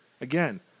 again